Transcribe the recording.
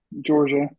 Georgia